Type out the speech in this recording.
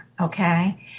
okay